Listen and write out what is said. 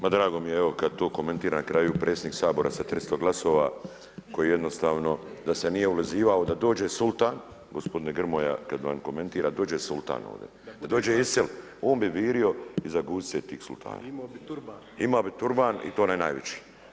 Ma drago mi je evo kada to komentira na kraju predsjednik Sabora sa 300 glasova koji jednostavno da se nije ulizivao da dođe sultan, gospodine Grmoja kada vam komentira dođe sultan ovdje, da dođe ISIL on bi virio iza guzice tih sultana, imao bi turban i to onaj najveći.